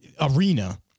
arena